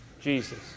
Jesus